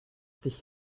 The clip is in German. dich